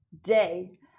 day